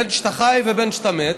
בין שאתה חי ובין שאתה מת.